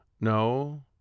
No